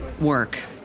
work